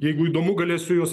jeigu įdomu galėsiu juos